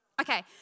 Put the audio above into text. Okay